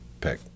pick